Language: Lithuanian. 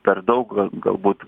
per daug galbūt